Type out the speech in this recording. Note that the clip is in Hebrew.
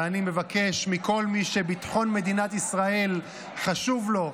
ואני מבקש מכל מי שביטחון מדינת ישראל חשוב לו,